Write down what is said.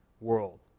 world